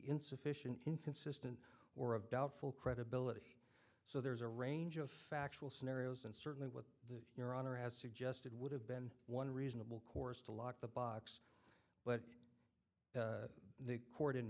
insufficient inconsistent or of doubtful credibility so there's a range of factual scenarios and certainly what your honor has suggested would have been one reasonable course to lock the box but the court in